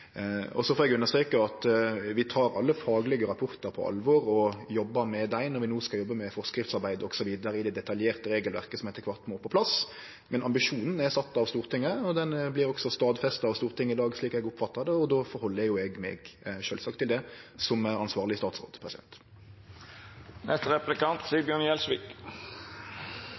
Så får eg understreke at vi tek alle faglege rapportar på alvor og jobbar med dei når vi no skal jobbe med forskriftsarbeid osv. i det detaljerte regelverket som etter kvart må på plass. Men ambisjonen er sett av Stortinget og vert også stadfesta av Stortinget i dag, slik eg oppfattar det. Då held eg meg sjølvsagt til det som ansvarleg statsråd.